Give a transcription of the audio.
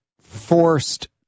forced